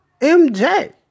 MJ